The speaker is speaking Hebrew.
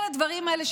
כל הדברים האלה,